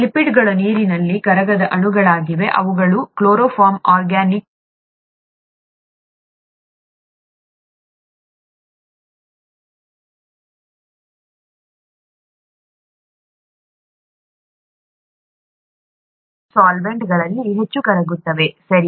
ಲಿಪಿಡ್ಗಳು ನೀರಿನಲ್ಲಿ ಕರಗದ ಅಣುಗಳಾಗಿವೆ ಅವುಗಳು ಕ್ಲೋರೋಫಾರ್ಮ್ನಂತಹ ಆರ್ಗ್ಯಾನಿಕ್ ಸಾಲ್ವೆಂಟ್ಗಳಲ್ಲಿ ಹೆಚ್ಚು ಕರಗುತ್ತವೆ ಸರಿ